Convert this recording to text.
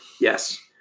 yes